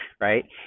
right